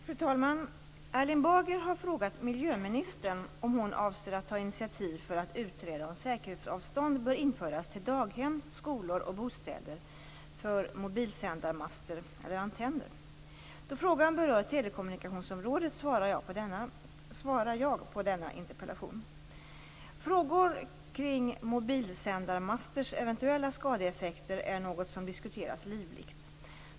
Fru talman! Erling Bager har frågat miljöministern om hon avser att ta initiativ för att utreda om säkerhetsavstånd bör införas till daghem, skolor och bostäder för mobilsändarmaster/-antenner. Då frågar berör telekommunikationsområdet svarar jag på denna interpellation. Frågor kring mobilsändarmasters eventuella skadeeffekter är något som diskuteras livligt.